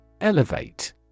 Elevate